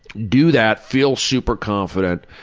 do that, feel super confident,